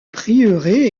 prieuré